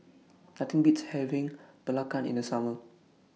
Nothing Beats having Belacan in The Summer